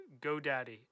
GoDaddy